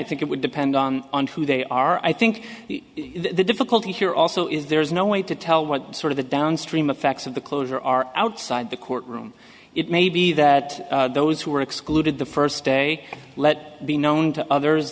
think it would depend on who they are i think the difficulty here also is there is no way to tell what sort of a downstream effects of the closure are outside the courtroom it may be that those who are excluded the first day let it be known to others